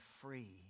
free